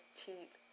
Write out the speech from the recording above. teeth